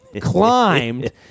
climbed